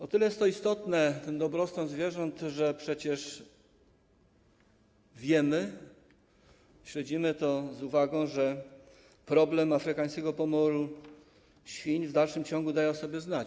O tyle jest istotny ten dobrostan zwierząt, że przecież wiemy, śledzimy to z uwagą, że problem afrykańskiego pomoru świń w dalszym ciągu daje o sobie znać.